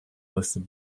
listed